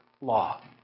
law